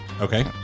Okay